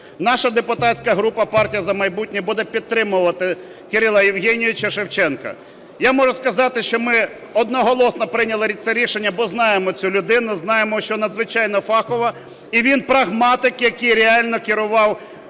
Наша депутатська група "Партія "За майбутнє" буде підтримувати Кирила Євгеновича Шевченка. Я можу сказати, що ми одноголосно прийняли це рішення, бо знаємо цю людину, знаємо, що надзвичайно фахова, і він прагматик, який реально керував